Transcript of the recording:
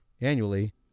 annually